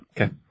Okay